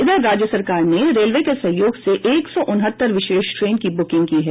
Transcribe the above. इधर राज्य सरकार ने रेलवे के सहयोग से एक सौ उनहत्तर विशेष ट्रेन की बुकिंग की है